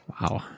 wow